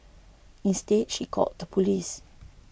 instead she called the police